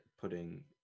Putting